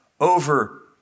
over